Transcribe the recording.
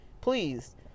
please